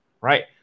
right